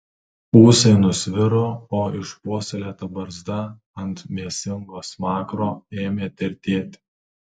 ūsai nusviro o išpuoselėta barzda ant mėsingo smakro ėmė tirtėti